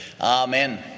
Amen